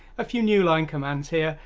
a few new-line commands here,